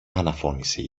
αναφώνησε